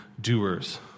doers